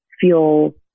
feel